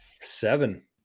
seven